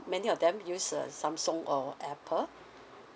many of them use a Samsung or apple